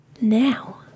Now